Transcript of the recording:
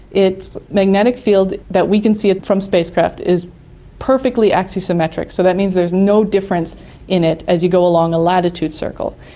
its magnetic field that we can see from spacecraft is perfectly axisymmetric. so that means there's no difference in it as you go along a latitude circle.